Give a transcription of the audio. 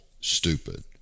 stupid